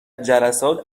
جلسات